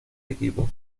equipo